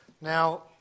Now